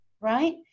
right